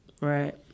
Right